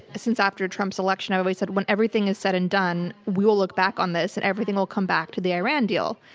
since after trump's election i always said when everything is said and done, we will look back on this and everything will come back to the iran deal.